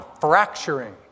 fracturing